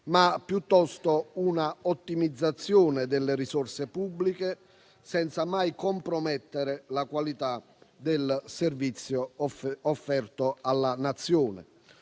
- piuttosto - un'ottimizzazione delle risorse pubbliche, senza mai compromettere la qualità del servizio offerto alla Nazione.